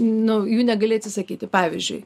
nu jų negali atsisakyti pavyzdžiui